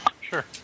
Sure